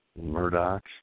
Murdoch